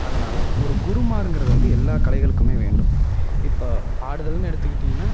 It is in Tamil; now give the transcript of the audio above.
அதனால் ஒரு குருமார்ங்குறது வந்து எல்லா கலைகளுக்குமே வேண்டும் இப்போ ஆடுதல்னு எடுத்துக்கிட்டீங்கனா